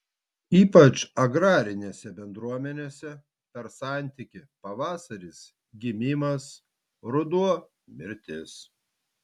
ypač agrarinėse bendruomenėse per santykį pavasaris gimimas ruduo mirtis